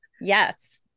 Yes